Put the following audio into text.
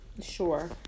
Sure